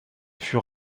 fut